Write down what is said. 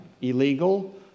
illegal